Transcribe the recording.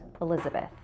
Elizabeth